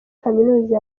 kaminuza